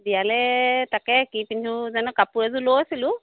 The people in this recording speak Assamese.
বিয়ালৈ তাকে কি পিন্ধো জানো কাপোৰ এযোৰ লৈছিলোঁ